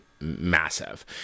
massive